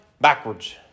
backwards